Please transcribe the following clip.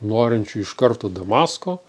norinčių iš karto damasko